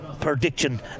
prediction